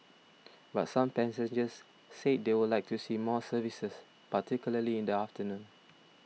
but some passengers said they would like to see more services particularly in the afternoon